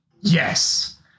Yes